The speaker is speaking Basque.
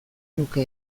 nuke